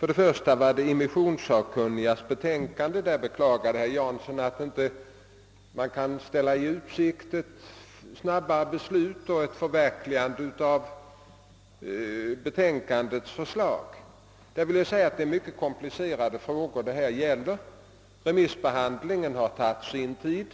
I fråga om immissionssakkunnigas betänkande beklagade herr Jansson att man inte kan ställa i utsikt ett snabbare beslut och ett förverkligande av betänkandets förslag. Det gäller dock här mycket komplicerade problem. Remissbehandlingen har tagit sin tid.